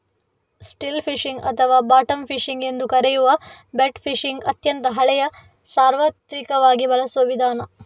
still fishing ಅಥವಾ bottom fishing ಎಂದೂ ಕರೆಯುವ ಬೆಟ್ ಫಿಶಿಂಗ್ ಅತ್ಯಂತ ಹಳೆಯ ಸಾರ್ವತ್ರಿಕವಾಗಿ ಬಳಸುವ ವಿಧಾನ